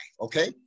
okay